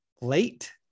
late